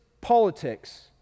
politics